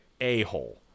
a-hole